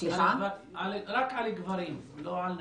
רק על גברים, לא על נשים?